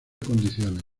condiciones